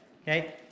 okay